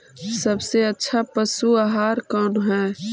सबसे अच्छा पशु आहार कौन है?